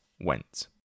went